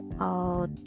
out